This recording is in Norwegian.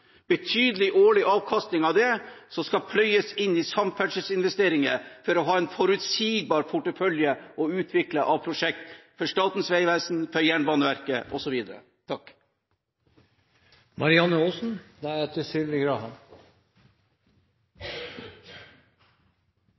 betydelig årlig avkastning av det som skal pløyes inn i samferdselsinvesteringer for å ha en forutsigbar portefølje til utvikling av prosjekter for Statens vegvesen, Jernbaneverket